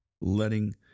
letting